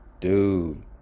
dude